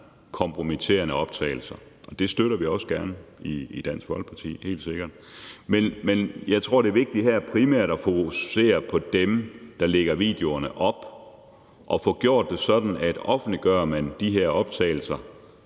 kompromitterende optagelser. Det støtter vi også gerne i Dansk Folkeparti, helt sikkert. Men jeg tror, at det vigtige her primært er at fokusere på dem, der lægger videoerne op, og få gjort det sådan, at offentliggør man de her optagelser,